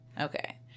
Okay